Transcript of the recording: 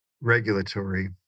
regulatory